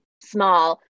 small